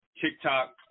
TikTok